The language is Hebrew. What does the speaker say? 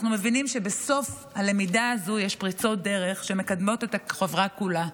אנחנו מבינים שבסוף הלמידה הזו יש פריצות דרך שמקדמות את החברה כולה.